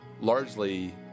largely